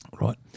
right